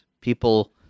people